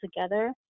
together